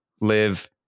live